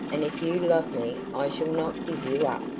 and if you love me i shall not give you up.